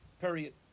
period